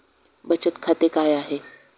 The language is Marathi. बचत खाते काय आहे?